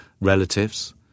Relatives